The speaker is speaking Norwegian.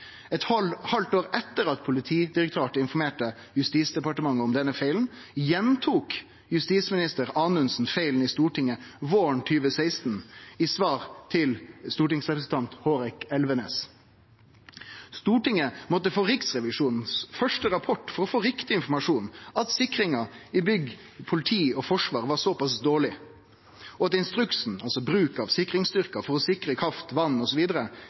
Eit halvt år etter at Politidirektoratet informerte Justis- og beredskapsdepartementet om denne feilen, gjentok daverande justisminister Anundsen feilen i Stortinget våren 2016 i svar til stortingsrepresentant Hårek Elvenes. Stortinget måtte få Riksrevisjonens første rapport for å få riktig informasjon: at sikringa av bygg i politiet og Forsvaret var såpass dårleg, og at instruksen, altså bruk av sikringsstyrkar for å sikre kraft,